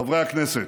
חברי הכנסת,